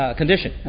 condition